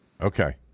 Okay